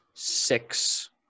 Six